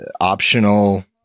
Optional